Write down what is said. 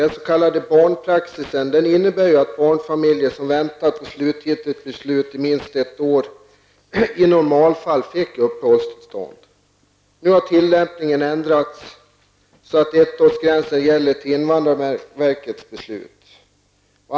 Den s.k. barnpraxisen innebär att barnfamiljer som har väntat på slutgiltigt beslut i minst ett år i normala fall har fått uppehållstillstånd. Nu har tillämpningen ändrats så att ettårsgränsen gäller fram till invandrarverkets beslut.